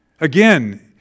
Again